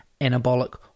anabolic